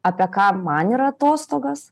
apie ką man yra atostogos